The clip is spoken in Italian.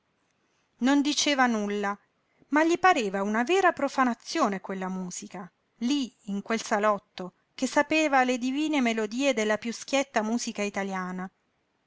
non diceva nulla ma gli pareva una vera profanazione quella musica lí in quel salotto che sapeva le divine melodie della piú schietta musica italiana